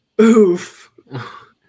Oof